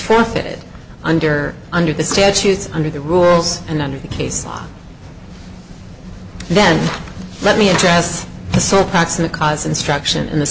forfeited under under the statutes under the rules and under the case law then let me address this so proximate cause instruction in the